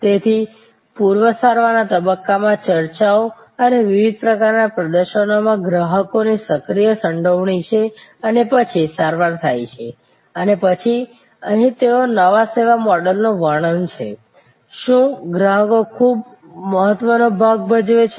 તેથી પૂર્વ સારવારના તબક્કામાં ચર્ચાઓ અને વિવિધ પ્રકારનાં પ્રદર્શનોમાં ગ્રાહકોની સક્રિય સંડોવણી છે અને પછી સારવાર થાય છે અને પછી અહીં તેઓ નવા સેવા મોડેલનું વર્ણન છે શું ગ્રાહકો ખૂબ મહત્વનો ભાગ ભજવે છે